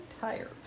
tired